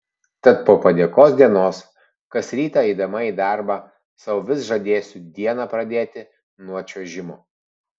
tad po padėkos dienos kas rytą eidama į darbą sau vis žadėsiu dieną pradėti nuo čiuožimo